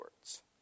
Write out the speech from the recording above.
words